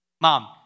mom